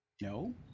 No